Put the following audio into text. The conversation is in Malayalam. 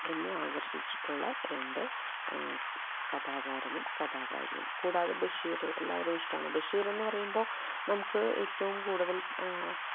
എന്നെ ആകർഷിച്ചിട്ടുള്ള രണ്ട് കഥാകാരനും കഥാകാരിയും കൂടാതെ ബഷിറ് എല്ലാവരേയും ഇഷ്ടമാണ് ബഷിർ എന്നുപറയുമ്പോൾ നമുക്ക് ഏറ്റവും കൂടുതൽ